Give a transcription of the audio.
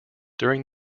during